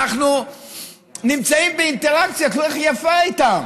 אנחנו נמצאים באינטראקציה כל כך יפה איתם.